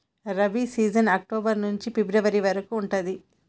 rabi season October నుంచి ఫిబ్రవరి వరకు ఉంటది